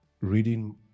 Reading